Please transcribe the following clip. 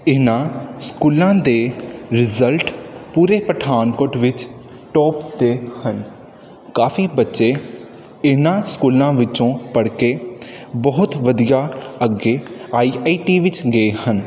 ਇਨ੍ਹਾਂ ਸਕੂਲਾਂ ਦੇ ਰਿਜ਼ਲਟ ਪੂਰੇ ਪਠਾਨਕੋਟ ਵਿੱਚ ਟੋਪ 'ਤੇ ਹਨ ਕਾਫੀ ਬੱਚੇ ਇਨ੍ਹਾਂ ਸਕੂਲਾਂ ਵਿੱਚੋਂ ਪੜ੍ਹ ਕੇ ਬਹੁਤ ਵਧੀਆ ਅੱਗੇ ਆਈ ਆਈ ਟੀ ਵਿੱਚ ਗਏ ਹਨ